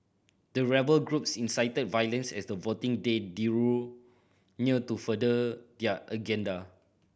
the rebel groups incited violence as the voting day drew near to further their agenda